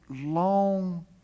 long